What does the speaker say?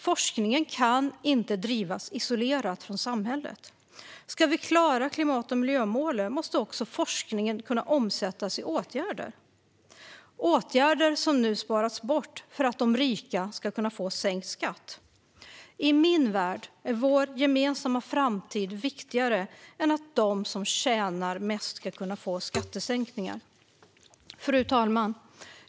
Forskningen kan inte bedrivas isolerat från samhället. Ska vi klara klimat och miljömålen måste också forskningen kunna omsättas i åtgärder. Åtgärderna sparas nu bort för att de rika ska kunna få sänkt skatt. I min värld är vår gemensamma framtid viktigare än att de som tjänar mest ska kunna få skattesänkningar. Fru talman!